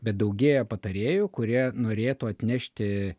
bet daugėja patarėjų kurie norėtų atnešti